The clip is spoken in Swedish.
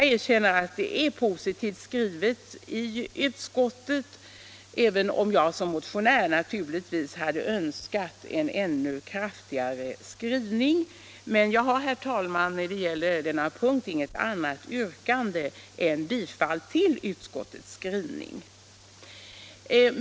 Utskottet har skrivit positivt, det erkänner jag, även om jag som motionär naturligtvis hade önskat en ännu kraftigare skrivning. Jag har, herr talman, i fråga om denna punkt inget annat yrkande än om bifall till utskottets skrivning.